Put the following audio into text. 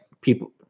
people